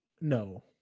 No